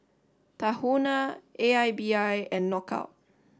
Tahuna A I B I and Knockout